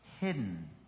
hidden